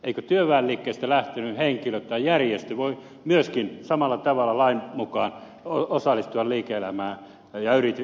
eikö työväenliikkeestä lähtenyt henkilö tai järjestö voi myöskin samalla tavalla lain mukaan osallistua liike elämään ja yritystoimintaan